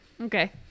Okay